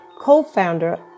co-founder